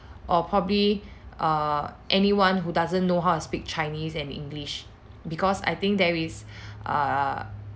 or probably err anyone who doesn't know how to speak chinese and english because I think there is a